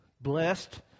blessed